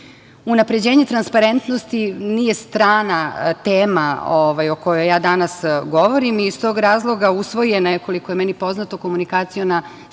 bi. Unapređenje transparentnosti nije strana tema o kojoj ja danas govorim. Iz tog razloga usvojena je, koliko je meni poznato, Komunikaciona strategija